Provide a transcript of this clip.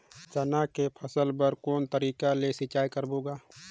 चना के फसल बर कोन तरीका ले सिंचाई करबो गा?